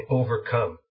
overcome